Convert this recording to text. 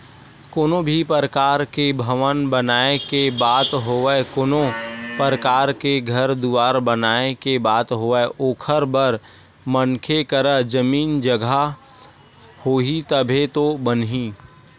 कोनो भी परकार के भवन बनाए के बात होवय कोनो परकार के घर दुवार बनाए के बात होवय ओखर बर मनखे करा जमीन जघा होही तभे तो बनही